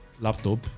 laptop